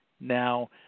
Now